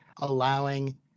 allowing